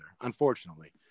unfortunately